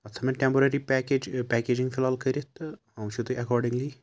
اَتھ تھٲو مےٚ ٹٮ۪مپورٔری پیکیج پیکیجِنٛگ فِلحال کٔرِتھ تہٕ وۄنۍ وٕچھُو تُہۍ اٮ۪کاڈِنٛگلی